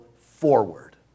forward